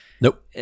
Nope